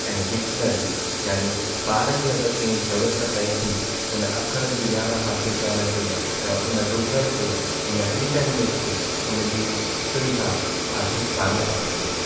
ऐं डिक्शनरी यानी ॿार खे अगरि कहिड़ी ज़रूरत पए थी हुन अख़र की ॼाण हासिलु करण ते त हुन गूगल ते हिन इंटरनेट ते हुन जी सुविधा हासिलु कान आहे